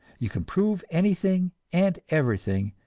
you can prove anything and everything,